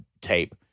tape